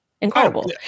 Incredible